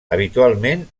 habitualment